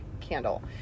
candle